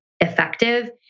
effective